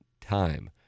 time